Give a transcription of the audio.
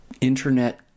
internet